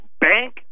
Bank